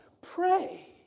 pray